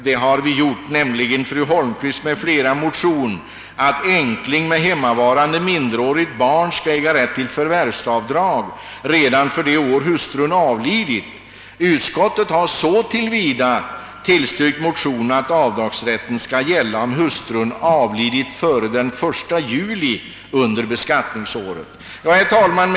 Det gäller motion II: 406 av fru Holmqvist m.fl. som begär att änkling med hemmavarande minderårigt barn skall äga rätt till förvärvsavdrag redan för det år under vilket hustrun avlidit. Utskottet har så till vida tillstyrkt motionen att avdragsrätten skall gälla om hustrun avlidit före den 1 juli under beskattningsåret. Herr talman!